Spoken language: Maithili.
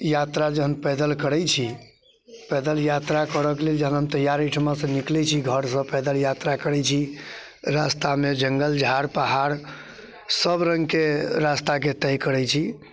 यात्रा जहन पैदल करै छी पैदल यात्रा करऽके लेल जहन हम तैयार अइठमासँ निकलै छी घरसँ पैदल यात्रा करै छी रास्तामे जङ्गल झाड़ पहाड़ सब रङ्गके रास्ताके तय करै छी